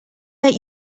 that